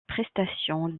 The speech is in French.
prestation